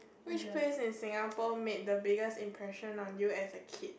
which place in Singapore made the biggest impression on you as a kid